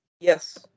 Yes